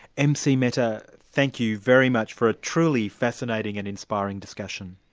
mc mehta, thank you very much for a truly fascinating and inspiring discussion.